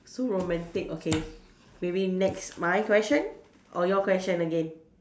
so romantic okay maybe next my question or your question again